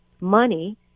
money